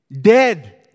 dead